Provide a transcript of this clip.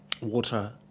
water